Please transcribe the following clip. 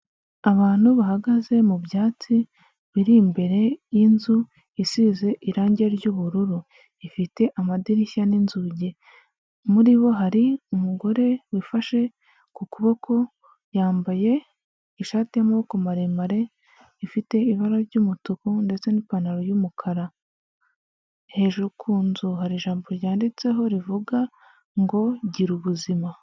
Abantu bahagaze mu byatsi biri imbere y'inzu isize irangi ry'ubururu. Ifite amadirishya n'inzugi. Muri bo hari umugore wifashe ku kuboko, yambaye ishati y'amaboko maremare, ifite ibara ry'umutuku ndetse n'ipantaro y'umukara. Hejuru ku nzu hari ijambo ryanditseho rivuga ngo gira ubuzima.